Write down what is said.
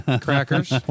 Crackers